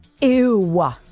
Ew